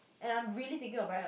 and I'm really thinking of buying a